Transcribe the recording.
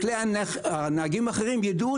שהנהגים בכלי